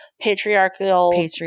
patriarchal